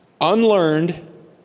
unlearned